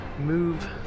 move